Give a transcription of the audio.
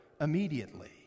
immediately